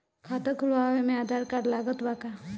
खाता खुलावे म आधार कार्ड लागत बा का?